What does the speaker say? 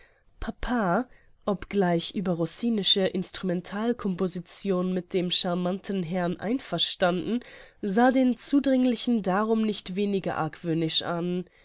papa obgleich über rossini'sche instrumental composition mit dem charmanten herrn einverstanden sah den zudringlichen darum nicht weniger argwöhnisch an